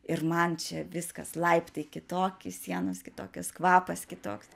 ir man čia viskas laiptai kitoki sienos kitokios kvapas kitoks